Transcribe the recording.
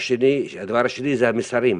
הדבר השני זה המסרים.